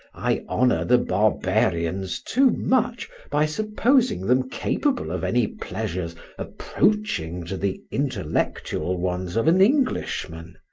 i honour the barbarians too much by supposing them capable of any pleasures approaching to the intellectual ones of an englishman.